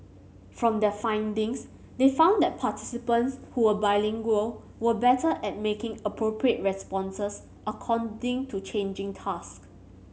from their findings they found that participants who were bilingual were better at making appropriate responses according to changing task